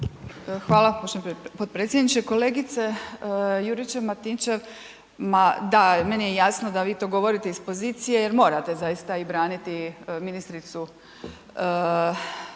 Hvala poštovani potpredsjedniče. Kolegice Juričev Martinčev, ma da, meni je jasno da vi to govorite iz pozicije, jer morate, zaista i braniti i ministricu